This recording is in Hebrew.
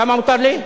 כמה מותר לי?